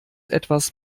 etwas